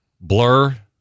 Blur